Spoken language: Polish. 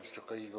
Wysoka Izbo!